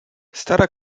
stara